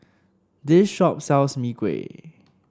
this shop sells Mee Kuah